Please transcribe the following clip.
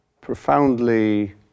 profoundly